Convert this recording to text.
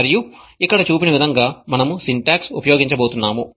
మరియు ఇక్కడ చూపిన విధంగా మనం సిన్టాక్స్ ఉపయోగించబోతున్నాము